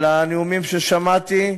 על הנאומים ששמעתי,